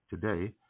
today